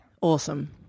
Awesome